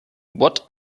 what